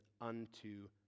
unto